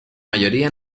mayoría